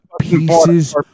pieces